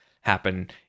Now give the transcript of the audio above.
happen